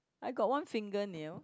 I got one fingernail